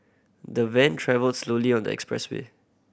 the van travelled slowly on the expressway